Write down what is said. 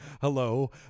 hello